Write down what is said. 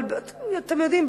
אבל אתם יודעים,